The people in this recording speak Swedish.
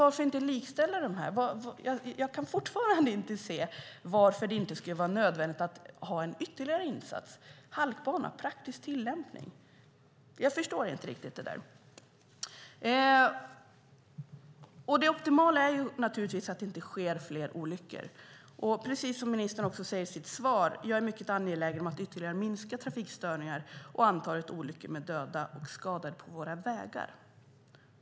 Varför kan man inte likställa dem med dem som tar lastbils och busskörkort? Jag kan fortfarande inte se varför det inte skulle vara nödvändigt att ha en ytterligare insats, nämligen praktisk tillämpning på halkbana. Jag förstår inte riktigt det där. Det optimala är naturligtvis att det inte sker fler olyckor, precis som ministern säger i sitt svar: "Jag är mycket angelägen om att ytterligare minska trafikstörningar och antalet olyckor med döda och skadade på våra vägar."